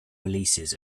releases